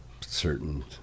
certain